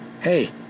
Hey